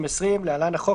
2020 (להלן- החוק),